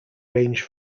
range